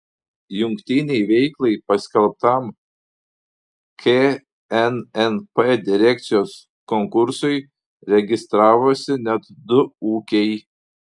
jungtinei veiklai paskelbtam knnp direkcijos konkursui registravosi net du ūkiai